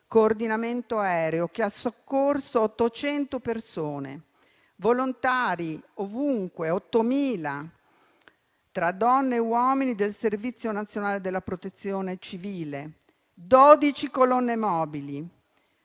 coordinamento aereo, che ha soccorso 800 persone; volontari ovunque; 8.000 tra donne e uomini del Servizio nazionale della protezione civile; 12 colonne mobili